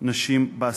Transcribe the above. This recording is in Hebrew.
נשים בעסקים.